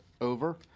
over